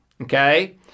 Okay